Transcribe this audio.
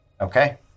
Okay